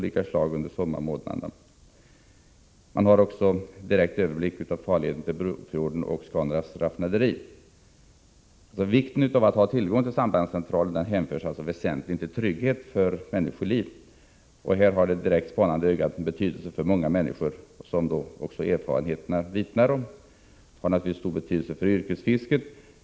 Från sambandscentralen har man också direkt överblick över Brofjorden och Scanraffs raffinaderi. Vikten av att ha tillgång till sambandscentralen hänför sig väsentligen till trygghet för människoliv. Och här har det direkt spanande ögat betydelse för många människor — det vittnar erfarenheterna om. Tillgången till sambandscentralen har naturligtvis stor betydelse för yrkesfisket.